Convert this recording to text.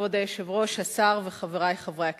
כבוד היושב-ראש, השר וחברי חברי הכנסת,